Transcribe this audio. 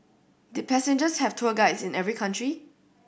did passengers have tour guides in every country